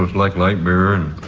like light beer and.